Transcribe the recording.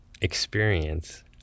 experience